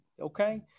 Okay